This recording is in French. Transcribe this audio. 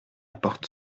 porte